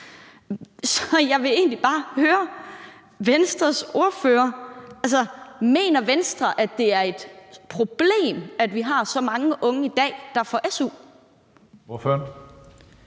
Så jeg vil egentlig bare høre Venstres ordfører: Mener Venstre, det er et problem, at vi har så mange unge i dag, der får su? Kl.